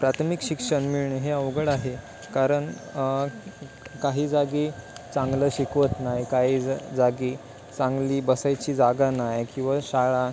प्राथमिक शिक्षण मिळणे हे अवघड आहे कारण काही जागी चांगलं शिकवत नाही काही ज जागी चांगली बसायची जागा नाही किंवा शाळा